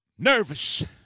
Nervous